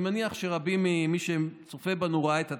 אני מניח שרבים ממי שצופים בנו ראו את התחקיר.